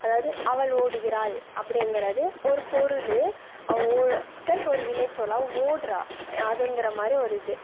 அதாவது அவள் ஓடுகிறாள் அப்படிங்கிறது ஒரு பொருள் அவள் ஓ ப்ளஸ் ஒரு வினைச்சொல் அவள் ஓடுறா அதுங்கிற மாதிரி ஒரு இது